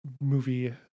movie